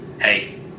hey